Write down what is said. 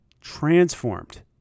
transformed